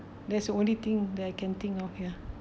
that's the only thing that I can think of ya